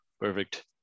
Perfect